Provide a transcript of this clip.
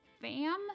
Fam